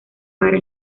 para